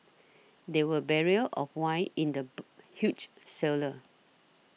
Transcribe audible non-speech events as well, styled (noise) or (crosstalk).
there were barrels of wine in the (noise) huge cellar